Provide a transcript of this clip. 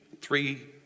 three